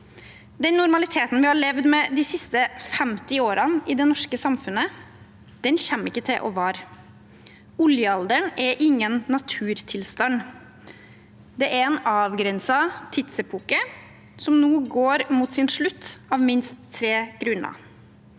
Den normaliteten vi har levd med de siste 50 årene i det norske samfunnet, kommer ikke til å vare. Oljealderen er ingen naturtilstand, men en avgrenset tidsepoke som nå går mot sin slutt – av minst tre grunner.